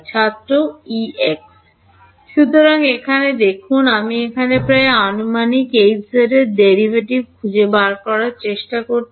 ছাত্র Ex সুতরাং এখানে দেখুন আমি এখানে প্রায় আনুমানিক Hz ডেরিভেটিভ খুঁজে বের করার চেষ্টা করছি